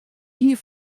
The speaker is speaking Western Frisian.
hie